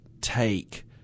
take